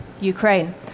Ukraine